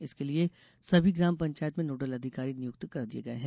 इसके लिए सभी ग्राम पंचायत मे नोडल अधिकारी नियुक्त कर दिये गये हैं